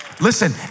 Listen